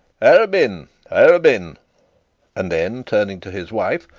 arabin, arabin and then turning to his wife,